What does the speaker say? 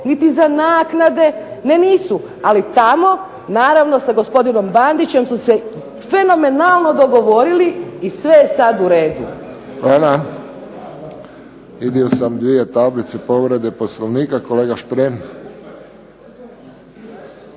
niti za naknade, ne nisu, ali tamo naravno sa gospodinom Bandićem su se fenomenalno dogovorili i sve je sad u redu. **Friščić, Josip (HSS)** Hvala. Vidio sam dvije tablice povrede Poslovnika, kolega Šprem.